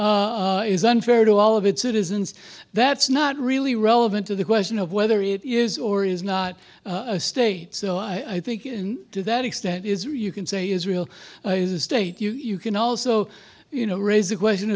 is unfair to all of its citizens that's not really relevant to the question of whether it is or is not a state so i think in to that extent is you can say israel is a state you can also you know raise the question